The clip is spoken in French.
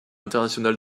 international